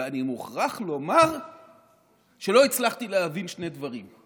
ואני מוכרח לומר שלא הצלחתי להבין שני דברים.